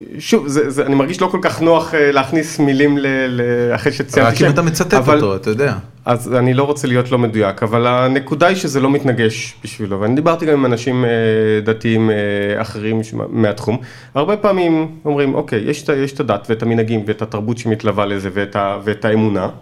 שוב זה, זה... אני מרגיש לא כל כך נוח להכניס מילים ל... אחרי שציינתי... -אבל כאילו אתה מצטט אותו, אתה יודע. -אז אני לא רוצה להיות לא מדויק. אבל הנקודה היא שזה לא מתנגש בשבילו, ואני דיברתי גם עם אנשים דתיים אחרים מהתחום, הרבה פעמים אומרים, אוקיי, יש את הדת ואת המנהגים ואת התרבות שמתלווה לזה ואת האמונה